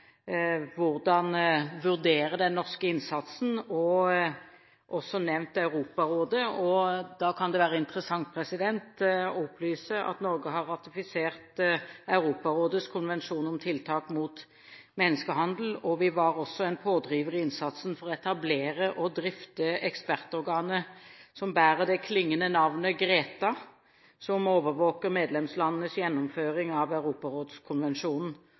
hvordan vurdere den norske innsatsen, og som også har nevnt Europarådet. Da kan det være interessant å opplyse om at Norge har ratifisert Europarådets konvensjon om tiltak mot menneskehandel. Vi var også en pådriver i innsatsen for å etablere og drifte ekspertorganet som bærer det klingende navnet GRETA, som overvåker medlemslandenes gjennomføring av Europarådskonvensjonen.